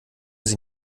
sie